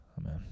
amen